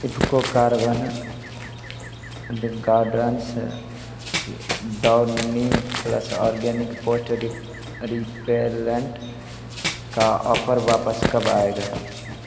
IFFCO carbon gardens के दो neem plus organic post repellent का ऑफर वापस कब आएगा